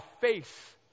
face